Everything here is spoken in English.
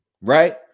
right